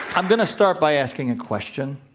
i'm going to start by asking a question.